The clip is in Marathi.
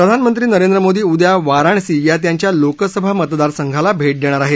प्रधानमंत्री नरेंद्र मोदी उदया वाराणसी या त्यांच्या लोकसभा मतदारसंघाला भेट देणार आहेत